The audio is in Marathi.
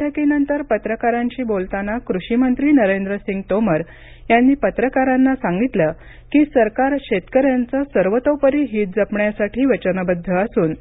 बैठकीनंतर पत्रकारांशी बोलताना कृषी मंत्री नरेंद्रसिंग तोमर यांनी पत्रकारांना सांगितलं की सरकार शेतकऱ्यांच सर्वतोपरी हित जपण्यासाठी वचनबद्ध असून